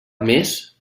més